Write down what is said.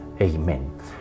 Amen